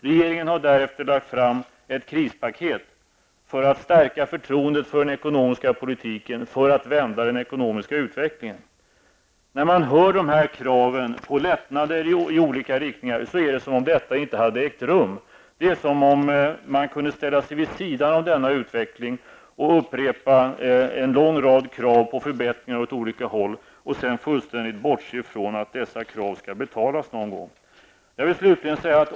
Regeringen har därefter lagt fram ett krispaket för att stärka förtroendet för den ekonomiska politiken och vända den ekonomiska utvecklingen. När man hör kraven på lättnader i olika riktningar får man intrycket att detta inte har ägt rum. Det är som om man kunde ställa sig vid sidan om denna utveckling och upprepa en lång rad krav på förbättringar åt olika håll och sedan fullständigt bortse från att dessa krav någon gång skall betalas.